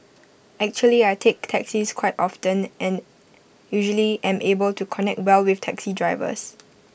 actually I take taxis quite often and usually am able to connect well with taxi drivers